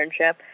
internship